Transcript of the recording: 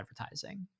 advertising